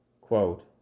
Quote